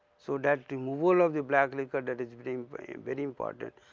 so, that removal of the black liquor that is being very very important,